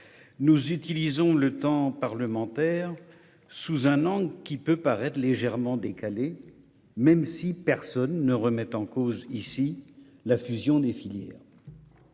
nous utilisons le temps parlementaire sous un angle qui peut paraître légèrement décalé, même si personne ne remet en cause ici la fusion des filières.